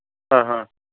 ఆహా